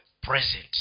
present